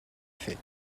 fait